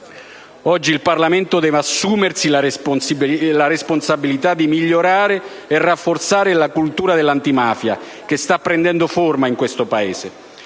Oggi il Parlamento deve assumersi la responsabilità di migliorare e rafforzare la cultura dell'antimafia che sta prendendo forma in questo Paese.